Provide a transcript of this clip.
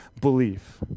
belief